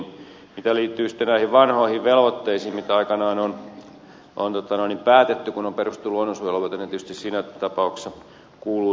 se mikä liittyy sitten näihin vanhoihin velvoitteisiin mitä aikanaan on päätetty kun on perustettu luonnonsuojelualueita tietysti siinä tapauksessa kuuluu tuonne ympäristöministeriön tontille